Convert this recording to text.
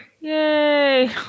Yay